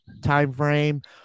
timeframe